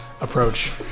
Approach